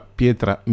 pietra